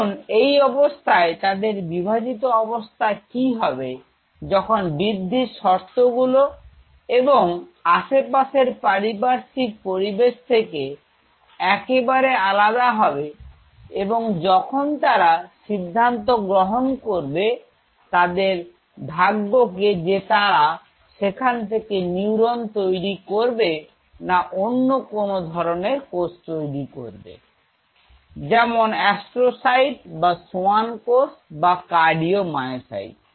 এখন এই অবস্থায় তাদের বিভাজিত অবস্থা কি হবে যখন বৃদ্ধির শর্তগুলো এবং আশেপাশের পারিপার্শ্বিক পরিবেশ থেকে একেবারে আলাদা হবে এবং যখন তারা সিদ্ধান্ত গ্রহণ করবে তাদের ভাগ্যকে যে তারা সেখান থেকে নিউরন তৈরি করবে না অন্য ধরনের কোষ তৈরি করবে যেমন অ্যাস্ট্রো সাইট বা সোয়ান কোষ বা কার্ডিও মায়োসাইট